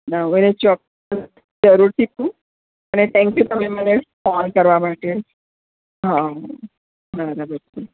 ના હું એને ચોક્કસ જરૂરથી અને થેંક્યું તમે મને કોલ કરવા માટે હા